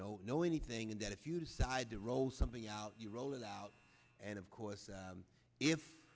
know no anything and that if you decide to roll something out you roll it out and of course if if